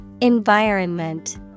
Environment